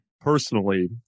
personally